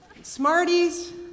Smarties